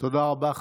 תודה רבה.